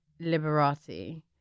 Liberati